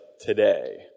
today